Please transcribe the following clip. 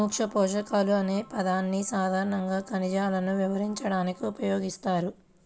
సూక్ష్మపోషకాలు అనే పదాన్ని సాధారణంగా ఖనిజాలను వివరించడానికి ఉపయోగిస్తారు